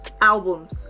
albums